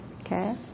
Okay